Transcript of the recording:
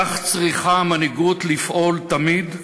כך צריכה מנהיגות לפעול תמיד.